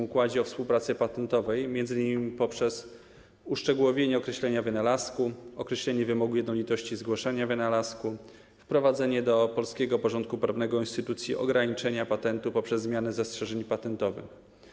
Układzie o współpracy patentowej, m.in. poprzez uszczegółowienie określenia wynalazku, określenie wymogu jednolitości zgłoszenia wynalazku, wprowadzenie do polskiego porządku prawnego instytucji ograniczenia patentu poprzez zmianę zastrzeżeń patentowych.